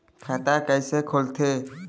खाता कइसे खोलथें?